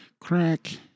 Crack